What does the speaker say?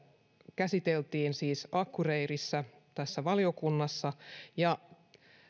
käsiteltiin siis akureyrissä tässä valiokunnassa ja